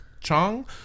Chong